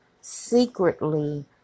secretly